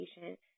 patient